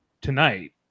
tonight